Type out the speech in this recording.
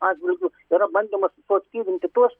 atžvilgiu yra bandymas suaktyvinti tuos